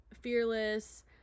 Fearless